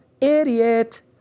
Idiot